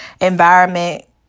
environment